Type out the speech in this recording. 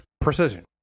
precision